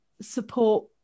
support